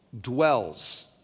dwells